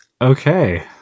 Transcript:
Okay